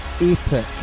Epic